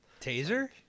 Taser